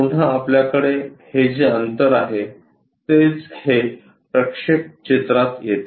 आणि पुन्हा आपल्याकडे हे जे अंतर आहे तेच हे प्रक्षेप चित्रात येते